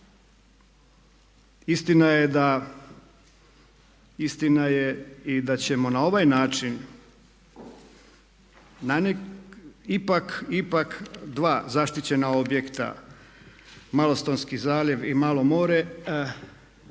istina je i da ćemo na ovaj način ipak dva zaštićena objekta Malostonski zaljev i Malo more